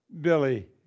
Billy